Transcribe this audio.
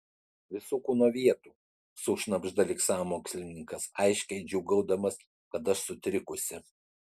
visų kūno vietų sušnabžda lyg sąmokslininkas aiškiai džiūgaudamas kad aš sutrikusi